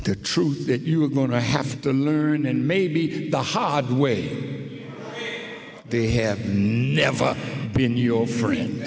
the truth that you were going to have to learn and maybe the hard way they have never been your friend